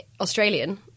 Australian